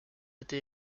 été